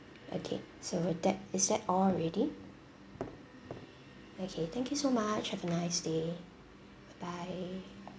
okay so that is that all already okay thank you so much have a nice day bye bye